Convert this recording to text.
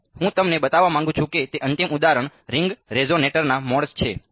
પછી હું તમને બતાવવા માંગુ છું તે અંતિમ ઉદાહરણ રીંગ રેઝોનેટરના મોડ્સ છે